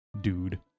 dude